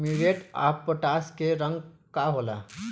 Muriate of potash के रंग का होला?